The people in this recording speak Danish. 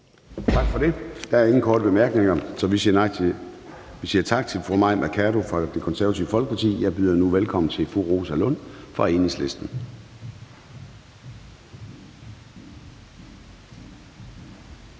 Gade): Der er ingen korte bemærkninger, så vi siger tak til fru Mai Mercado fra Det Konservative Folkeparti. Jeg byder nu velkommen til fru Rosa Lund fra Enhedslisten.